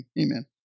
amen